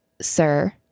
sir